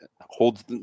holds